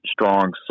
strong